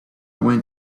went